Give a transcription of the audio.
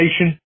Nation